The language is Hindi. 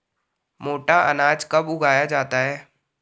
मोटा अनाज कब उगाया जाता है?